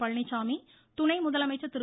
பழனிச்சாமி துணை முதலமைச்சா் திரு